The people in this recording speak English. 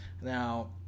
Now